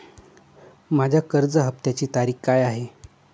माझ्या कर्ज हफ्त्याची तारीख काय आहे?